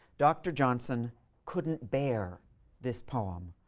dr. johnson couldn't bear this poem,